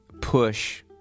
push